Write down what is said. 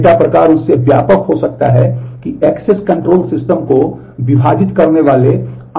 हमने एसक्यूएल किस तरह के हैं